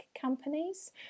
companies